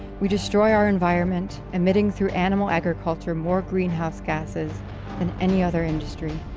we destroy our environment, emitting through animal agriculture more greenhouse gases than any other industry,